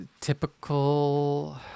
typical